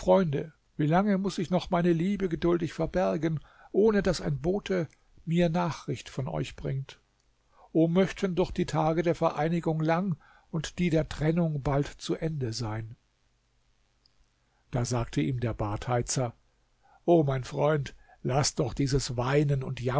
wie lange muß ich noch meine liebe geduldig verbergen ohne daß ein bote mir nachricht von euch bringt o möchten doch die tage der vereinigung lang und die der trennung bald zu ende sein da sagte ihm der badheizer o mein freund laß doch dieses weinen und